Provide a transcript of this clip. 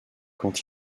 quand